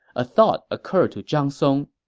a thought occurred to zhang song